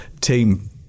team